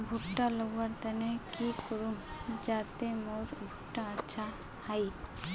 भुट्टा लगवार तने की करूम जाते मोर भुट्टा अच्छा हाई?